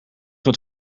het